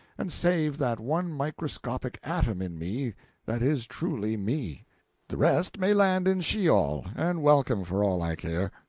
and save that one microscopic atom in me that is truly me the rest may land in sheol and welcome for all i care.